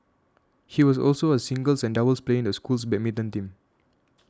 he was also a singles and doubles player in the school's badminton team